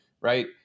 right